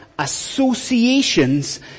associations